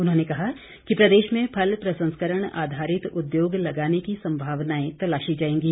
उन्होंने कहा कि प्रदेश में फल प्रसंस्करण आधारित उद्योग लगाने की संभावनाएं तलाशी जाएंगी